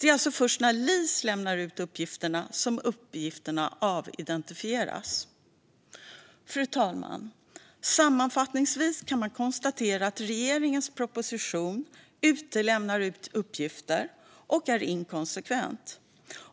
Det är alltså först när LIS lämnar ut uppgifterna som de avidentifieras. Fru talman! Sammanfattningsvis kan man konstatera att regeringens proposition utelämnar uppgifter och är inkonsekvent.